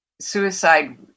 suicide